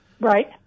Right